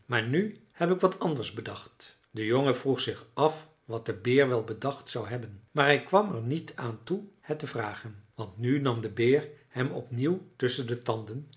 maar nu heb ik wat anders bedacht de jongen vroeg zich af wat de beer wel bedacht zou hebben maar hij kwam er niet aan toe het te vragen want nu nam de beer hem opnieuw tusschen de tanden